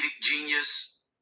genius